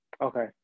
Okay